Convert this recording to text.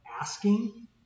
asking